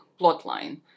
plotline